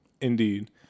Indeed